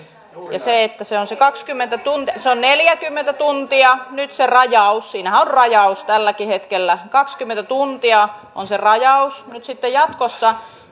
se on se kaksikymmentä tuntia se on neljäkymmentä tuntia nyt se rajaus siinä on rajaus tälläkin hetkellä ja kaksikymmentä tuntia on se rajaus nyt sitten jatkossa